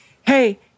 hey